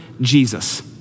Jesus